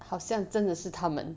好像真的是他们